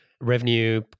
revenue